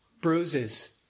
bruises